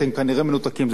אתם כנראה מנותקים.